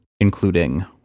including